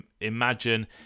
imagine